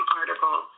article